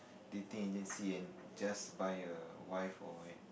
dating agency and just buy a wife or a